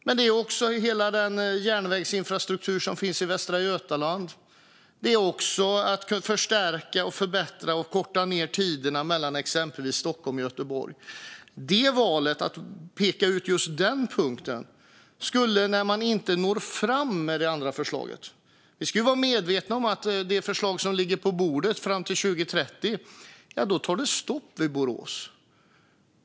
Det handlar också om hela den järnvägsinfrastruktur som finns i Västra Götaland och om att förstärka, förbättra och förkorta restiderna på exempelvis sträckan Stockholm-Göteborg. Vårt val att peka ut just detta har också att göra med att det andra förslaget inte når ända fram. Vi ska vara medvetna om att det förslag som nu ligger på bordet fram till 2030 innebär att utbyggnaden tar stopp i Borås.